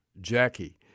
Jackie